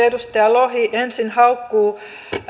edustaja lohi ensin haukkuu